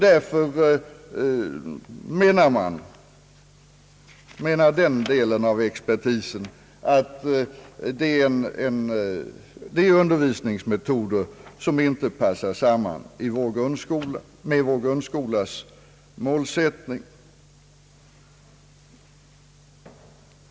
Därför är det, menar denna del av expertisen, undervisningsmetoder som inte passar samman med vår grundskolas målsättning.